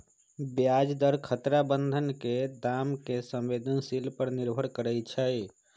ब्याज दर खतरा बन्धन के दाम के संवेदनशील पर निर्भर करइ छै